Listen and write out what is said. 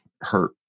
hurt